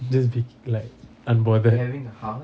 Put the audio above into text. just be like unbothered